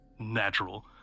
Natural